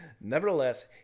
Nevertheless